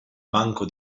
banco